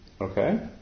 Okay